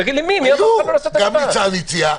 גם ניצן הציע,